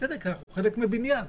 אנחנו חלק מבניין.